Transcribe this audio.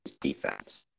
defense